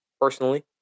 personally